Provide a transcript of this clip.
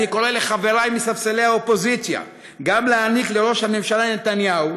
אני קורא לחברי מספסלי האופוזיציה להעניק לראש הממשלה נתניהו,